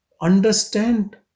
Understand